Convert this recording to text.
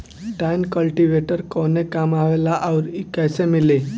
Tine cultivator कवने काम आवेला आउर इ कैसे मिली?